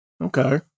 okay